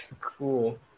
Cool